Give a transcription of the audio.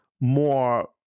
more